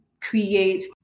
create